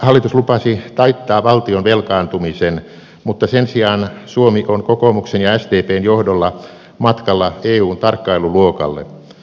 hallitus lupasi taittaa valtion velkaantumisen mutta sen sijaan suomi on kokoomuksen ja sdpn johdolla matkalla eun tarkkailuluokalle